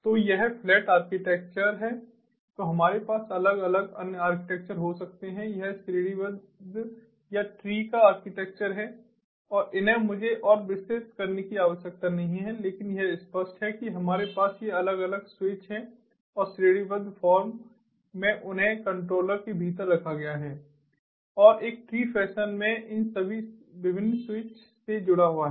तो यह flat architecture है तो हमारे पास अलग अलग अन्य आर्किटेक्चर हो सकते हैं यह श्रेणीबद्ध या ट्री का आर्किटेक्चर है और इन्हें मुझे और विस्तृत करने की आवश्यकता नहीं है लेकिन यह स्पष्ट है कि हमारे पास ये अलग अलग स्विच हैं और श्रेणीबद्ध फॉर्म में उन्हें कंट्रोलर के भीतर रखा गया है और एक ट्री फैशन में इन विभिन्न स्विच से जुड़ा हुआ है